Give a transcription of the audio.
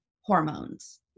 hormones